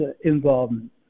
involvement